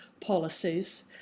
policies